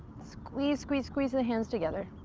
squeeze, squeeze, squeeze the hands together.